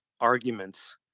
arguments